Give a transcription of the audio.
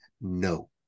no